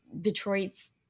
Detroit's